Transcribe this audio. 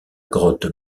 grotte